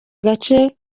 gace